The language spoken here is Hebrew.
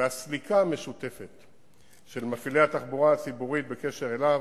והסליקה המשותפת של מפעילי התחבורה הציבורית בקשר אליו,